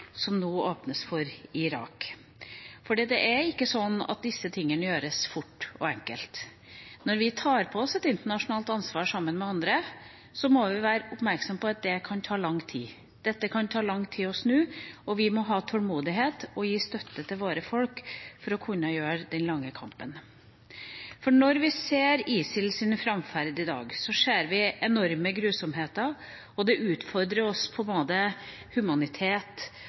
Irak, for det er ikke slik at disse tingene gjøres fort og enkelt. Når vi tar på oss et internasjonalt ansvar sammen med andre, må vi være oppmerksomme på at det kan ta lang tid. Dette kan ta lang tid å snu, og vi må ha tålmodighet og gi støtte til våre folk for å kunne ta den lange kampen. Når vi ser ISILs framferd i dag, ser vi enorme grusomheter, og det utfordrer oss på både humanitet